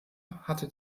hatte